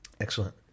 Excellent